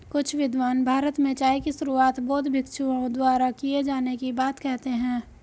कुछ विद्वान भारत में चाय की शुरुआत बौद्ध भिक्षुओं द्वारा किए जाने की बात कहते हैं